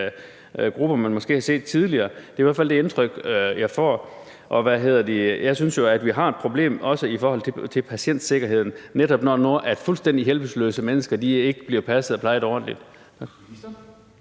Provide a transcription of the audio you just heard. grupper, man har set tidligere. Det er i hvert fald det indtryk, jeg får. Og jeg synes jo, at vi har et problem, også når det gælder patientsikkerheden, når fuldstændig hjælpeløse mennesker ikke bliver passet og plejet ordentligt.